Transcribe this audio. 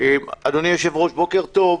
אדוני היושב-ראש, בוקר טוב.